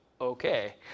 okay